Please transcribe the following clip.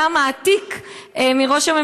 מה, אנחנו באים רק בשביל לסבול?